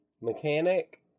mechanic